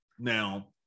Now